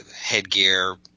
headgear